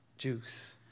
juice